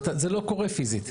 זה לא קורה פיזית.